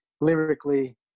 lyrically